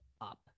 up